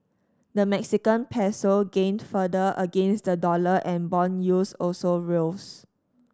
the Mexican Peso gained further against the dollar and bond yields also rose